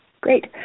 Great